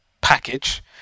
package